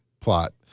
plot